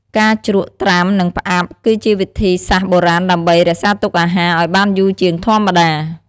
ការជ្រក់ ត្រាំ និងផ្អាប់ គឺជាវិធីសាស្ត្របុរាណដើម្បី រក្សាទុកអាហារ ឲ្យបានយូរជាងធម្មតា។